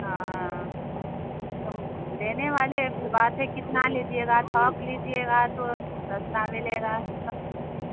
ہاں ہم لینے والے ابھی بات ہے کتنا لیجیے گا تھوک لیجیے گا تو سستا ملے غا